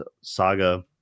Saga